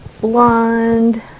blonde